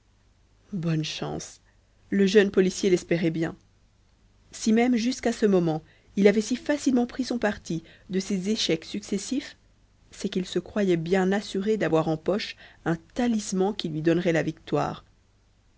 bonne chance le jeune policier l'espérait bien si même jusqu'à ce moment il avait si facilement pris son parti de ses échecs successifs c'est qu'il se croyait bien assuré d'avoir en poche un talisman qui lui donnerait la victoire